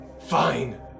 Fine